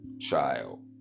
child